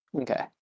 okay